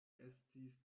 estis